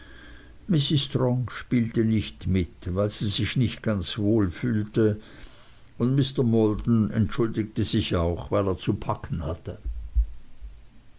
mrs strong spielte nicht mit weil sie sich nicht ganz wohl fühlte und mr maldon entschuldigte sich auch weil er zu packen hatte